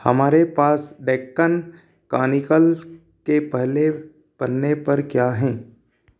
हमारे पास डेक्कन क्रॉनिकल के पहले पन्ने पर क्या है